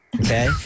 Okay